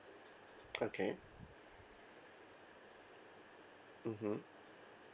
okay mmhmm